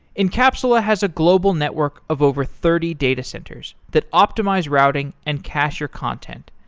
encapsula has a global network of over thirty data centers that optimize routing and cacher content.